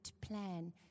plan